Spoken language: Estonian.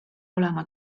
olema